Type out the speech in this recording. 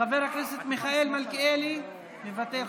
חבר הכנסת מיכאל מלכיאלי, מוותר,